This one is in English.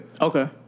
Okay